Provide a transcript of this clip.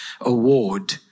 Award